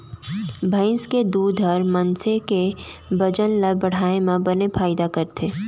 भईंस के दूद ह मनसे के बजन ल बढ़ाए म बने फायदा करथे